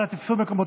אנא, תפסו מקומותיכם.